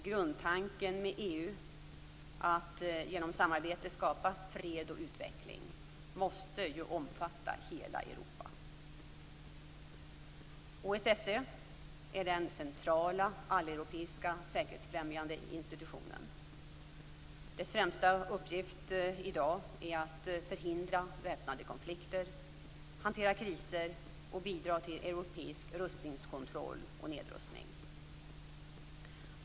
Grundtanken med EU - att genom samarbete skapa fred och utveckling - måste omfatta hela Europa. OSSE är den centrala alleuropeiska säkerhetsfrämjande institutionen. Dess främsta uppgift i dag är att förhindra väpnade konflikter, hantera kriser samt bidra till europeisk rustningskontroll och nedrustning.